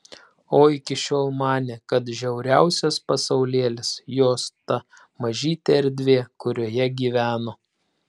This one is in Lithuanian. o iki šiol manė kad žiauriausias pasaulėlis jos ta mažytė erdvė kurioje gyveno